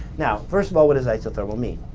now, first of all, what does isothermal mean?